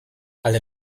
alle